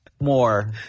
more